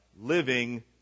living